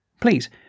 Please